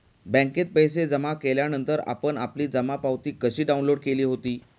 बँकेत पैसे जमा केल्यानंतर आपण आपली जमा पावती कशी डाउनलोड केली होती?